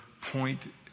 point